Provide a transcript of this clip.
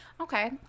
Okay